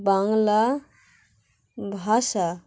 বাংলা ভাষা